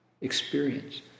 experience